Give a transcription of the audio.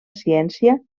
ciència